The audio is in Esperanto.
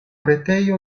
retejo